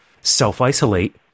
self-isolate